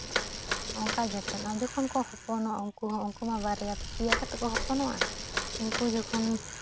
ᱦᱚᱜᱼᱚᱭ ᱱᱚᱝᱠᱟ ᱡᱚᱛᱚᱱᱚᱜᱼᱟ ᱡᱚᱠᱷᱚᱱ ᱠᱚ ᱦᱚᱯᱚᱱᱚᱜᱼᱟ ᱩᱱᱠᱩ ᱦᱚᱸ ᱩᱱᱠᱩ ᱦᱚᱸ ᱵᱟᱨᱭᱟ ᱯᱮᱭᱟ ᱠᱟᱛᱮ ᱠᱚ ᱦᱚᱯᱚᱱᱚᱜᱼᱟ ᱩᱱᱠᱩ ᱡᱚᱠᱷᱚᱱ